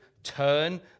Turn